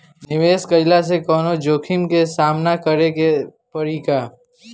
निवेश कईला से कौनो जोखिम के सामना करे क परि का?